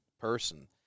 person